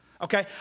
Okay